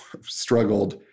struggled